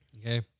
Okay